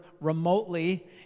remotely